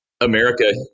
America